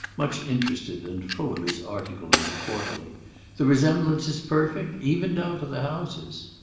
much interested and full of his article in the quarterly the resemblance is perfect, even down to the houses.